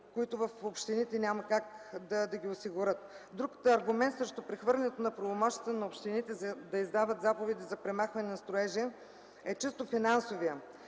които общините няма как да осигурят. Друг аргумент срещу прехвърлянето на правомощията на общините да издават заповеди за премахване на строежи е чисто финансовият.